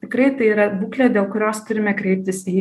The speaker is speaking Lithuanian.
tikrai tai yra būklė dėl kurios turime kreiptis į